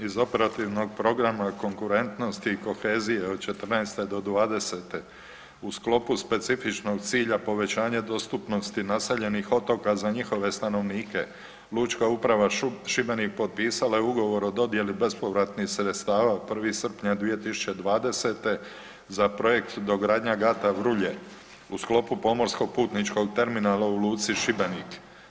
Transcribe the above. Iz operativnog programa konkurentnosti i kohezije od 14. do 20. u sklopu specifičnog cilja povećanja dostupnosti naseljenih otoka za njihove stanovnike Lučka uprava Šibenik potpisala je ugovor o dodjeli bespovratnih sredstava od 1. srpnja 2020. za projekt dogradnja gata vrulje u sklopu pomorskog putničkog terminala u Luci Šibenik.